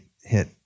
hit